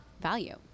value